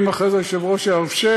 ואם אחרי זה היושב-ראש יאפשר,